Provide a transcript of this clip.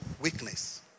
Weakness